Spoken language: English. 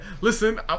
Listen